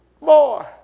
more